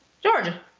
Georgia